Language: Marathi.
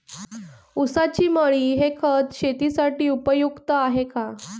ऊसाची मळी हे खत शेतीसाठी उपयुक्त आहे का?